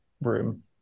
room